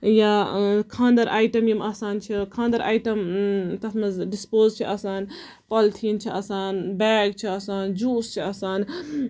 یا خاندر آیٹَم یِم آسان چھِ خاندر آیٹَم تَتھ منٛز ڈِسپوز چھِ آسان پولتھیٖن چھِ آسان بیگ چھِ آسان جوٗس چھِ آسان